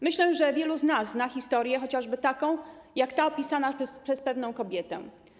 Myślę, że wielu z nas zna różne historie, chociażby taką jak ta opisana przez pewną kobietę.